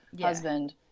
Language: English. husband